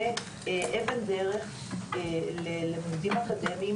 כאבן דרך ללימודים אקדמאיים,